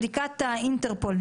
לבדיקת האינטרפול,